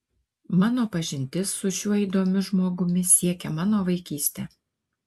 mano pažintis su šiuo įdomiu žmogumi siekia mano vaikystę